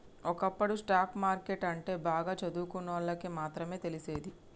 ఒకప్పుడు stock market అంటే బాగా చదువుకున్నోళ్ళకి మాత్రమే తెలిసేది